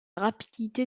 rapidité